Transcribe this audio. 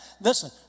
Listen